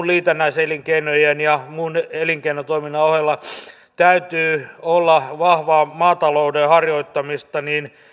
liitännäiselinkeinojen ja muun elinkeinotoiminnan ohella on se että täytyy olla vahvaa maatalouden harjoittamista